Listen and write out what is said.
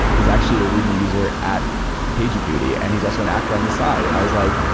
he's actually a readme user at pagerduty and he's also an actor on the side. and i was like,